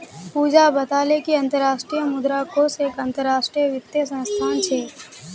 पूजा बताले कि अंतर्राष्ट्रीय मुद्रा कोष एक अंतरराष्ट्रीय वित्तीय संस्थान छे